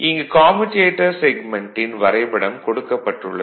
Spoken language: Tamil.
இங்கு கம்யூடேட்டர் செக்மென்ட்டின் வரைபடம் கொடுக்கப்பட்டுள்ளது